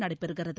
நடைபெறுகிறது